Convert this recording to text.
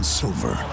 silver